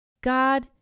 God